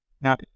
now